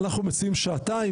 אנחנו מציעים שעתיים,